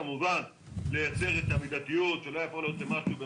כמובן לייצר את המידתיות כי אם